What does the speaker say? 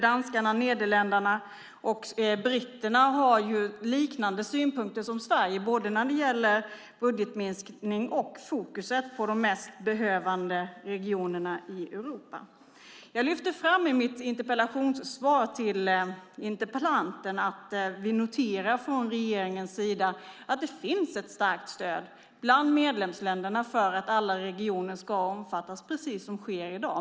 Danskarna, nederländarna och britterna har liknande synpunkter som Sverige både när det gäller budgetminskning och att sätta fokus på de mest behövande regionerna i Europa. Jag lyfter i mitt interpellationssvar till interpellanten fram att vi från regeringens sida noterar att det finns ett starkt stöd bland medlemsländerna för att alla regioner ska omfattas, precis som sker i dag.